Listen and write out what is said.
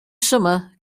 summer